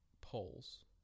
polls